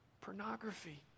Pornography